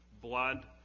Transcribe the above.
blood